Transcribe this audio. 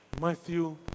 Matthew